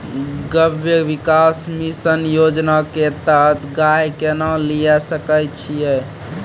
गव्य विकास मिसन योजना के तहत गाय केना लिये सकय छियै?